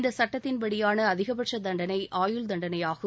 இந்தச் சட்டத்தின்படியான அதிகபட்ச தண்டனை ஆயுள் தண்டணையாகும்